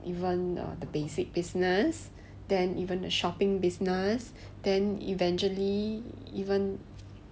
even the the basic business then even the shopping business then eventually even